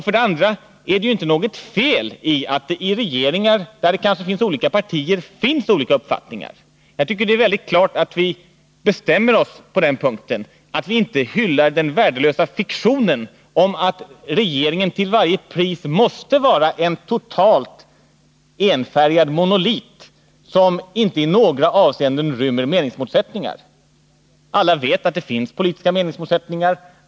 För det andra är det inget fel i att det i regeringar där det finns olika partier finns olika uppfattningar. Vi måste bestämma oss för att det inte går att hylla den värdelösa fiktionen att regeringen till varje pris måste vara en totalt enfärgad monolit som inte i några avseenden rymmer meningsmotsättningar. Alla vet att det finns politiska meningsmotsättningar.